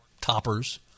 toppers